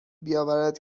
بیاورد